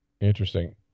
Interesting